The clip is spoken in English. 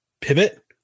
Pivot